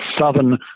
southern